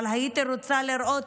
אבל הייתי רוצה לראות